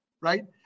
right